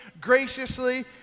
graciously